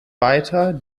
weiter